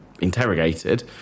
interrogated